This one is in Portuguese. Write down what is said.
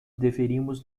deveríamos